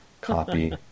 copy